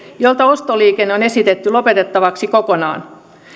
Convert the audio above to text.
joilta ostoliikenne on esitetty lopetettavaksi kokonaan